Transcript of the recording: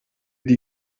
die